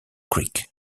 creek